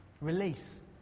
release